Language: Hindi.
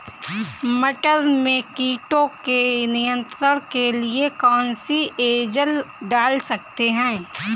मटर में कीटों के नियंत्रण के लिए कौन सी एजल डाल सकते हैं?